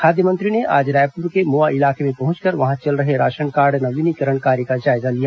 खाद्य मंत्री ने आज रायपुर के मोवा इलाके में पहुंचकर वहां चल रहे राशनकार्ड नवीनीकरण कार्य का जायजा लिया